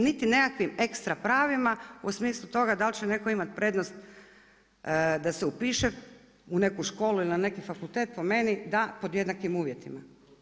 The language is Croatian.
Niti nekakvim ekstra pravima u smislu toga da li će netko imati prednosti da se upiše u neku školu ili na neki fakultet, po meni, da, pod jednakim uvjetima.